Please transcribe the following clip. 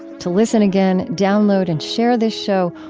to listen again, download, and share this show,